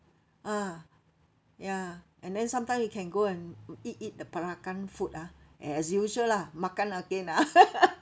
ah ya and then sometimes you can go and eat eat the peranakan food ah and as usual lah makan again ah